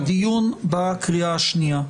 הדיון בקריאה השנייה.